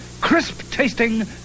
crisp-tasting